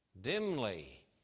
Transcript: dimly